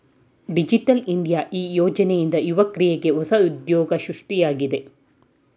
digital India ಈ ಯೋಜನೆಯಿಂದ ಯುವಕ್ರಿಗೆ ಹೊಸ ಉದ್ಯೋಗ ಸೃಷ್ಟಿಯಾಗುತ್ತಿದೆ